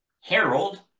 Harold